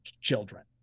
children